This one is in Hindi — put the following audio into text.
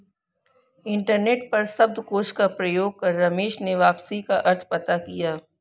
इंटरनेट पर शब्दकोश का प्रयोग कर रमेश ने वापसी का अर्थ पता किया